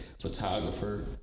photographer